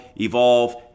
evolve